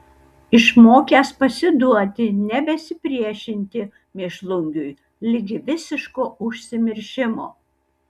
išmokęs pasiduoti nebesipriešinti mėšlungiui ligi visiško užsimiršimo